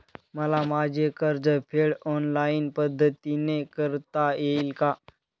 मला माझे कर्जफेड ऑनलाइन पद्धतीने करता येईल का?